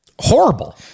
Horrible